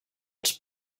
els